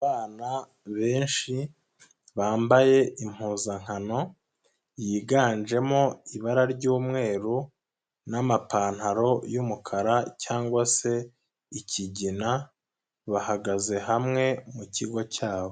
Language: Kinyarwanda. Abana benshi bambaye impuzankano, yiganjemo ibara ry'umweru n'amapantaro y'umukara cyangwa se ikigina, bahagaze hamwe mu kigo cyabo.